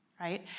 right